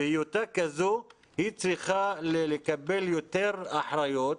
בהיותה כזו היא צריכה לקבל יותר אחריות,